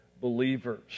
believers